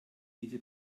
diese